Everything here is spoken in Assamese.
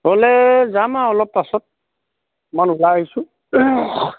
হ'লে যাম আৰু অলপ পাছত অলপমান ওলাই আহিছোঁ